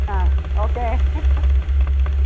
ആ ഓക്കേ